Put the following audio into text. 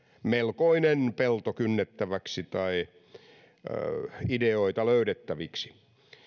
melkoinen pelto kynnettäväksi tai melkoisesti ideoita löydettäviksi